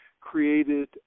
created